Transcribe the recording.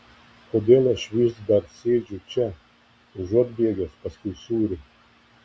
kodėl aš vis dar sėdžiu čia užuot bėgęs paskui sūrį